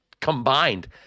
combined